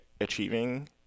achieving